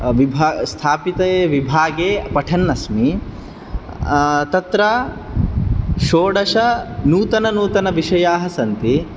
स्थापिते विभागे पठन् अस्मि तत्र षोडश नूतननूतनविषयाः सन्ति